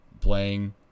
playing